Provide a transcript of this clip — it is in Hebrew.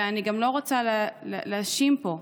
ואני גם לא רוצה להאשים פה.